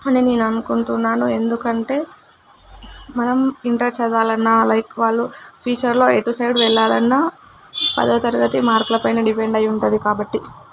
అని నేను అనుకుంటున్నాను ఎందుకంటే మనం ఇంటర్ చదవాలన్న లైక్ వాళ్ళు ఫ్యూచర్లో ఎటు సైడ్ వెళ్ళాలన్న పదో తరగతి మార్కులపైన డిపెండ్ అయి ఉంటుంది కాబట్టి